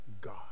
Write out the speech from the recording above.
God